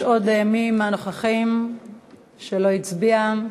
יש עוד מי מהנוכחים שלא הצביע?